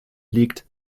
liegt